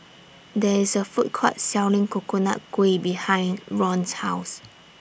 There IS A Food Court Selling Coconut Kuih behind Ron's House